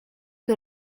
que